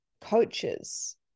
coaches